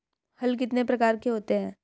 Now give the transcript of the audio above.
हल कितने प्रकार के होते हैं?